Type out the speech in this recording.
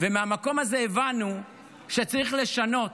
ומהמקום הזה הבנו שצריך לשנות